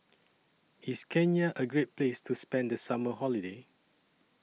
IS Kenya A Great Place to spend The Summer Holiday